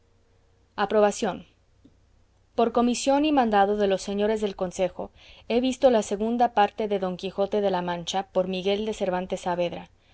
aprobación por comisión y mandado de los señores del consejo he visto la segunda parte de don quijote de la mancha por miguel de cervantes saavedra